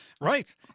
Right